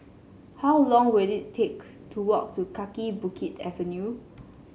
how long will it take to walk to Kaki Bukit Avenue